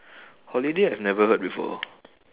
holiday I've never heard before